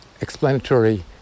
explanatory